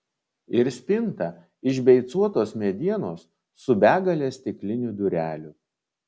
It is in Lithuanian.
ir spinta iš beicuotos medienos su begale stiklinių durelių